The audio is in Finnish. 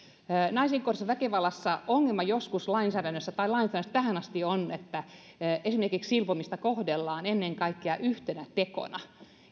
naisiin kohdistuvassa väkivallassa ongelma lainsäädännössä tähän asti on ollut että esimerkiksi silpomista kohdellaan ennen kaikkea yhtenä tekona